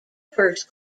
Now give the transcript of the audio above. first